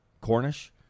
Cornish